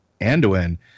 Anduin